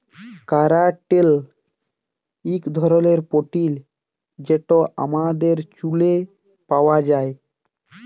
ক্যারাটিল ইক ধরলের পোটিল যেট আমাদের চুইলে পাউয়া যায়